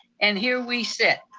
and here we sit.